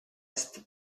est